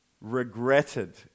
Regretted